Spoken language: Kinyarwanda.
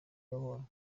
nabonye